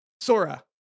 Sora